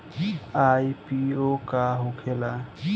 IPO का होखेला?